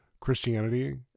Christianity